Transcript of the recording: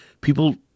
people